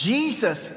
Jesus